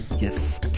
Yes